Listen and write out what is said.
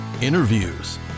interviews